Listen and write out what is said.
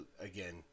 again